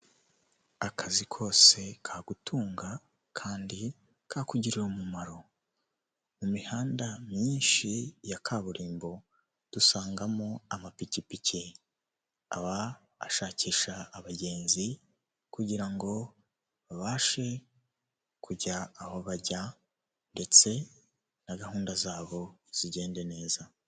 Hari abantu muri iyi si bamaze kubona umurongo w'ubuzima, ahusanga bafite imiturirwa ihenze cyane imbere y'aho akenshi baba barahateye ibyatsi bibafasha kugaragaza ishusho nziza y'aho hantu.